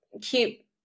keep